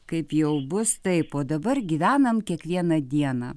kaip jau bus taip o dabar gyvenam kiekvieną dieną